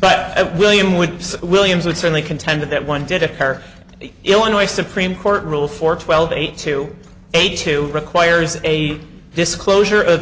but william with williams would certainly contend that one did occur the illinois supreme court rule for twelve eight to eighty two requires a disclosure of